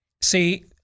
See